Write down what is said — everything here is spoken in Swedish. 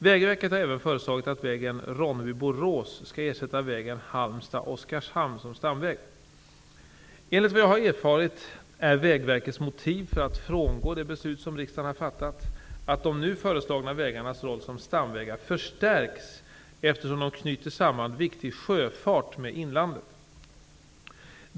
Vägverket har även föreslagit att vägen Ronneby--Borås skall ersätta vägen Halmstad--Oskarshamn som stamväg. Enligt vad jag har erfarit är Vägverkets motiv för att frångå det beslut som riksdagen har fattat att de nu föreslagna vägarnas roll som stamvägar förstärks eftersom de knyter samman viktig sjöfart med inlandet.